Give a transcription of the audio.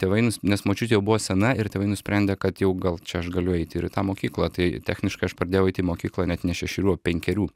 tėvai nes močiutė jau buvo sena ir tėvai nusprendė kad jau gal čia aš galiu eiti ir į tą mokyklą tai techniškai aš pradėjau eiti į mokyklą net ne šešerių o penkerių